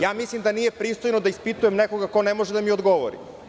Ja mislim da nije pristojno da ispitujem nekoga ko ne može da mi odgovori.